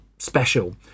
special